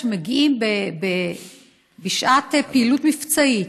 שמגיעים בשעת פעילות מבצעית,